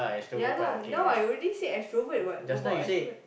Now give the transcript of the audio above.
ya lah now I already say extrovert what what about extrovert